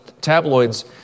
tabloids